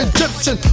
Egyptian